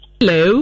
Hello